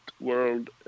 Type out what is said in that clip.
world